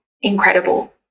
incredible